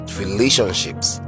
relationships